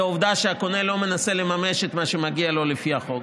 העובדה שהקונה לא מנסה לממש את מה שמגיע לו לפי החוק.